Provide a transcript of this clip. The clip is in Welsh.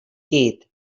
gyd